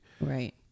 Right